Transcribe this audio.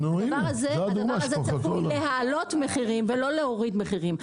הדבר הזה צפוי להעלות מחירים ולא להוריד מחירים.